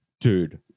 Dude